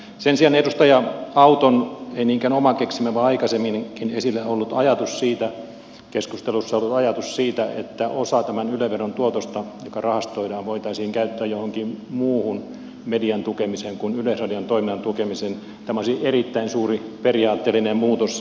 sen sijaan edustaja auton ei niinkään oma keksimä vaan aikaisemminkin keskustelussa esillä ollut ajatus siitä että osa tämän yle veron tuotosta joka rahastoidaan voitaisiin käyttää johonkin muuhun median tukemiseen kuin yleisradion toiminnan tukemiseen olisi erittäin suuri periaatteellinen muutos